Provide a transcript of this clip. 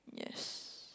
yes